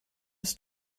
des